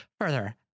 further